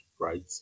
right